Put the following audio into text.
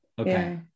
okay